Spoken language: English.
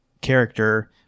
character